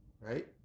Right